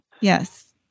Yes